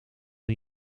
een